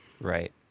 Right